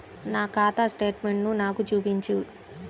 నా ఖాతా స్టేట్మెంట్ను నాకు చూపించు